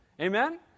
Amen